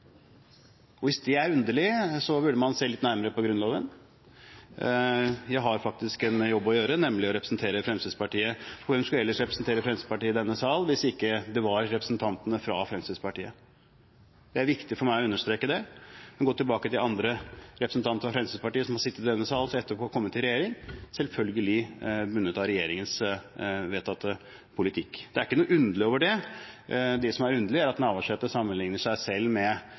og hvis det er underlig, burde man se litt nærmere på Grunnloven. Jeg har faktisk en jobb å gjøre, nemlig å representere Fremskrittspartiet. Hvem skulle ellers representere Fremskrittspartiet i denne sal, om ikke representantene fra Fremskrittspartiet? Det er viktig for meg å understreke det. Vi kan gå tilbake til andre representanter fra Fremskrittspartiet som har sittet i denne salen og etterpå kommet i regjering – og som da selvfølgelig er bundet av regjeringens vedtatte politikk. Det er ikke noe underlig med det. Det som er underlig, er at representanten Navarsete sammenligner seg selv med